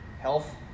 health